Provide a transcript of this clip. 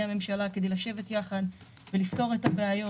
הממשלה כדי לשבת ביחד ולפתור את הבעיות.